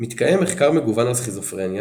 מתקיים מחקר מגוון על סכיזופרניה,